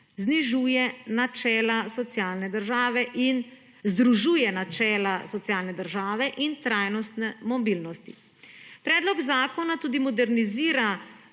znižuje načela socialne države in združuje načela socialne države in trajnostne mobilnosti. Predlog zakona tudi modernizira